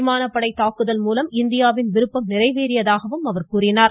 விமானப்படை தாக்குதல் மூலம் இந்தியாவின் விருப்பம் நிறைவேறியதாக கூறினார்